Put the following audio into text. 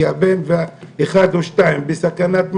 כי בן ראשון או שני בסכנת מוות.